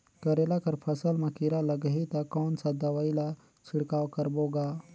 करेला कर फसल मा कीरा लगही ता कौन सा दवाई ला छिड़काव करबो गा?